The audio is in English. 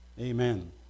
Amen